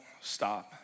stop